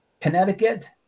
Connecticut